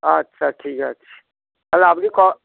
আচ্ছা ঠিক আছে তাহলে আপনি কবে